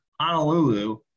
Honolulu